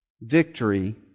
Victory